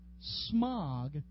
smog